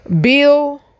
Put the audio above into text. Bill